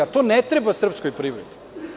To ne treba srpskoj privredi.